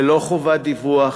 ללא חובת דיווח,